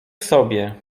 sobie